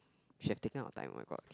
she has taken out time oh-my-god